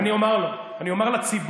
אני אומר לו, אני אומר לציבור: